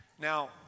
Now